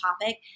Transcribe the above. topic